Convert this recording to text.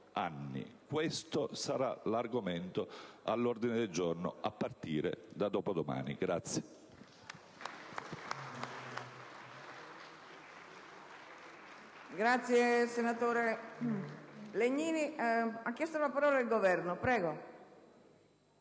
anni. Questo sarà l'argomento all'ordine del giorno a partire da dopodomani.